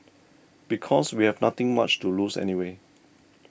because we have nothing much to lose anyway